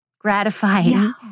gratifying